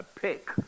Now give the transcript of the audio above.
pick